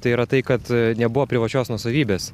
tai yra tai kad nebuvo privačios nuosavybės